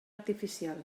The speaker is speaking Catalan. artificial